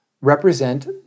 represent